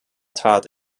tat